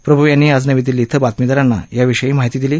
प्रभू यांनी आज नवी दिल्ली श्वें बातमीदारांना या विषयी माहिती दिली